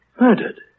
Murdered